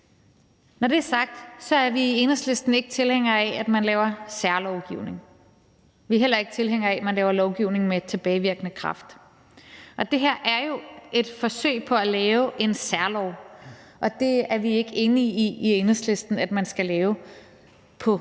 Når det er sagt, er vi i Enhedslisten ikke tilhængere af, at man laver særlovgivning. Vi er heller ikke tilhængere af, at man laver lovgivning med tilbagevirkende kraft. Og det her er jo et forsøg på at lave en særlov, og det er vi i Enhedslisten ikke enige i at man skal gøre i